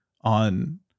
on